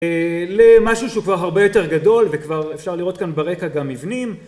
למשהו שהוא כבר הרבה יותר גדול וכבר אפשר לראות כאן ברקע גם מבנים